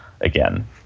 again